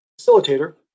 facilitator